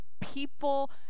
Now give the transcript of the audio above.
people